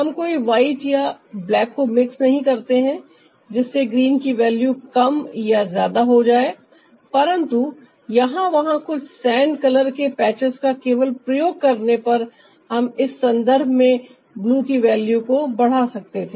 हम कोई वाइट अथवा ब्लैक को मिक्स नहीं करते हैं जिससे ग्रीन की वैल्यू कम या ज्यादा हो जाए परंतु यहां वहां कुछ सेंड कलर के पैचस का केवल प्रयोग करने पर हम इस संदर्भ में ब्लू की वैल्यू को बढ़ा सकते थे